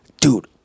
dude